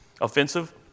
offensive